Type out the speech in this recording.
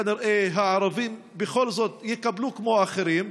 כנראה: הערבים בכל זאת יקבלו כמו האחרים,